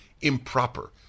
improper